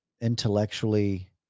intellectually